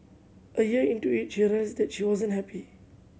a year into it she realised that she wasn't happy